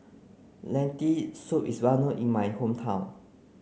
lentil soup is well known in my hometown